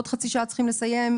בעוד שעה אנחנו צריכים לסיים.